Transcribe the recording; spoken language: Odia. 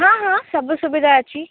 ହଁ ହଁ ସବୁ ସୁବିଧା ଅଛି